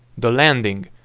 the landing.